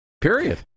Period